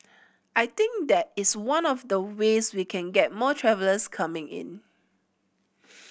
I think that is one of the ways we can get more travellers coming in